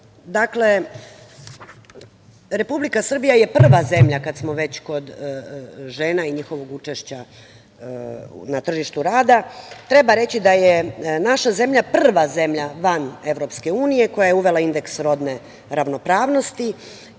Republika Srbija je prva zemlja, kada smo već kod žena i njihovog učešća na tržištu rada, treba reći da je naša zemlja prva zemlja van Evropske unije koja je uvela indeks rodne ravnopravnosti